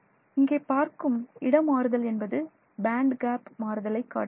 இங்கே பார்க்கும் இடமாறுதல் என்பது பேண்ட் கேப் மாறுதலை காட்டுகிறது